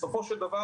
בסופו של דבר,